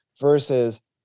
versus